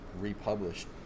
republished